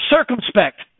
Circumspect